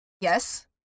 yes